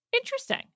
interesting